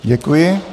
Děkuji.